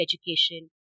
education